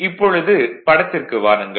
இப்பொழுது படத்திற்கு வாருங்கள்